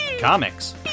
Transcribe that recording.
comics